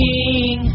King